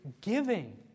giving